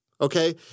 okay